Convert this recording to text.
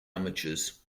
amateurs